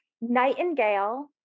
Nightingale